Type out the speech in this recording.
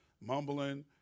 mumbling